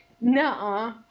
no